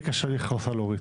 לי קשה לכעוס על אורית.